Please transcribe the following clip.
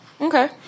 Okay